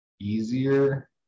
easier